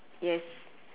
yes